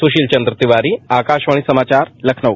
सुशील चंद्र तिवारी आकाशवाणी समाचार लखनऊ